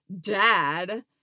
Dad